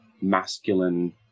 masculine